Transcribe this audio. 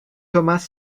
thomas